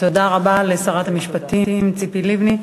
תודה רבה לשרת המשפטים ציפי לבני.